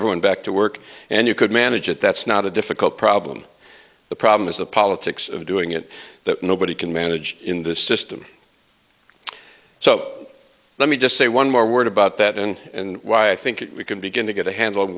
everyone back to work and you could manage it that's not a difficult problem the problem is the politics of doing it that nobody can manage in the system so let me just say one more word about that and and why i think we can begin to get a handle on